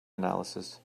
analysis